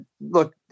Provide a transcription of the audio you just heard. look